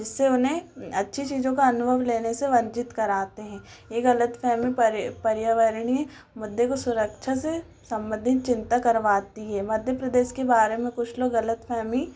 जिससे उन्हें अच्छी चीज़ों का अनुभव लेने से वंचित कराते हैं ये गलत फहमी पूरे पर्यावरण ही मुद्दे को सुरक्षा से संबंधित चिंता करवाती है मध्य प्रदेश के बारे में कुछ लोग गलत फहमी